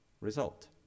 Result